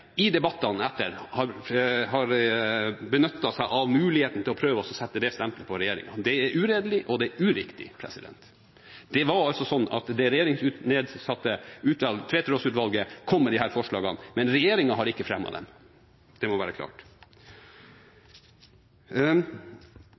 i senere debatter har benyttet seg av muligheten til å prøve å sette det stempelet på regjeringen. Det er uredelig, og det er uriktig. Det var det regjeringsnedsatte Tveterås-utvalget som kom med disse forslagene, men regjeringen har ikke fremmet dem – det må være klart.